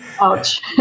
Ouch